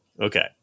Okay